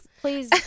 please